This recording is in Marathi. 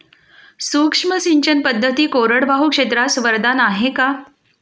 सूक्ष्म सिंचन पद्धती कोरडवाहू क्षेत्रास वरदान आहे का?